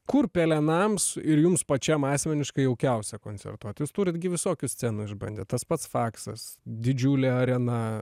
kur pelenams ir jums pačiam asmeniškai jaukiausia koncertuot jūs turit gi visokių scenų išbandėt tas pats faksas didžiulė arena